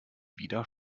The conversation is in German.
wieder